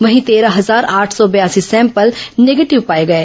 वहीं तेरह हजार आठ सौ बयासी सैंपल निगेटिव पाए गए